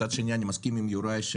מצד שני, אני מסכים עם יוראי להב,